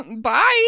bye